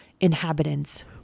inhabitants